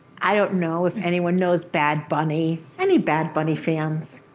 i don't know if anyone knows bad bunny. any bad bunny fans?